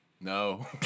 No